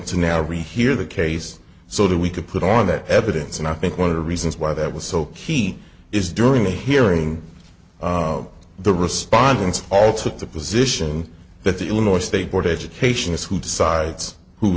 to now rehear the case so that we could put on that evidence and i think one of the reasons why that was so keen is during the hearing the respondents all took the position that the illinois state board of education is who decides who